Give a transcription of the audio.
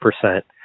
percent